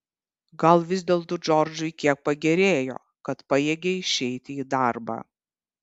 gal vis dėlto džordžui tiek pagerėjo kad pajėgė išeiti į darbą